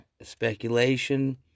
speculation